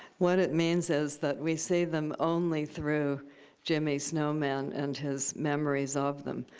what it means is that we see them only through jimmy snowman and his memories of them.